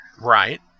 Right